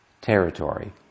territory